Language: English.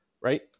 right